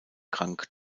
krank